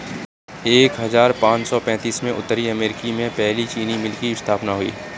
एक हजार पाँच सौ पैतीस में उत्तरी अमेरिकी में पहली चीनी मिल की स्थापना हुई